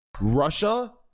Russia